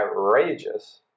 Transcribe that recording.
outrageous